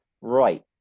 right